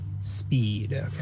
speed